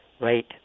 Right